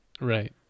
Right